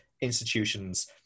institutions